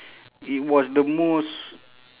it was the most